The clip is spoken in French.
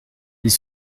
ils